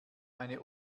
eine